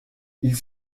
ils